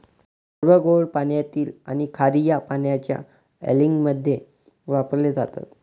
सर्व गोड पाण्यातील आणि खार्या पाण्याच्या अँलिंगमध्ये वापरले जातात